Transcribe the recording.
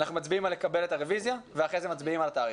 אנחנו מצביעים על לקבל את הרוויזיה ואחרי זה מצביעים על התאריך.